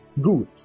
good